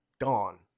gone